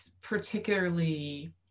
particularly